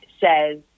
says